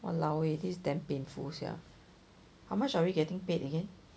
!walao! eh this is damn painful sia how much are we getting paid again